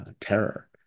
terror